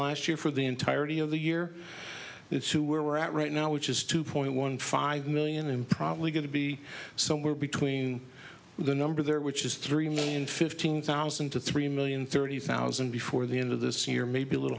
last year for the entirety of the year it's who we're at right now which is two point one five million and probably going to be somewhere between the number there which is three million fifteen thousand to three million thirty thousand before the end of this year maybe a little